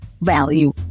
value